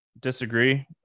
disagree